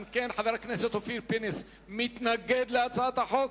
אם כן, חבר הכנסת אופיר פינס מתנגד להצעת החוק.